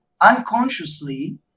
unconsciously